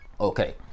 Okay